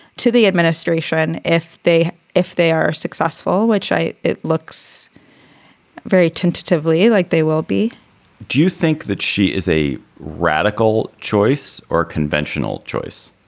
to the administration. if they if they are successful, which i it looks very tentatively like they will be do you think that she is a radical choice or conventional choice?